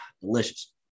Delicious